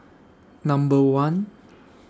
Number one